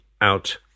out